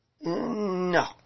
No